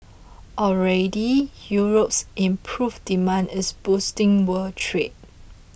already Europe's improved demand is boosting world trade